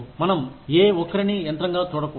మనం ఏ ఒక్కరిని యంత్రంగా చూడకూడదు